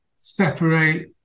separate